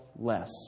less